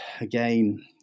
again